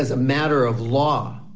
as a matter of law